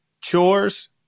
Chores